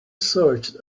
searched